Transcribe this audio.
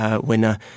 winner